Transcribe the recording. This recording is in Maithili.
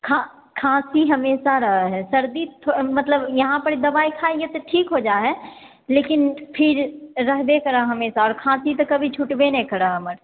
खाँसी हमेशा रहऽ हय सर्दी मतलब यहाँ पर दबाइ खाय हियै तऽ ठीक हो जाइ हय लेकिन फिर रहबे करऽ हमेशा आओर खाँसी तऽ कभी छुटबे नहि करऽ हमर